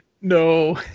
No